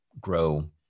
grow